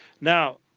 Now